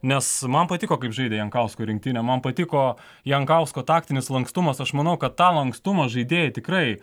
nes man patiko kaip žaidė jankausko rinktinė man patiko jankausko taktinis lankstumas aš manau kad tą lankstumą žaidėjai tikrai